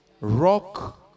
rock